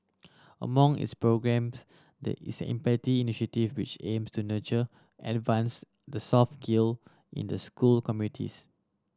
among its programmes the is Empathy Initiative which aims to nurture advance the soft skill in the school communities